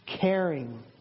caring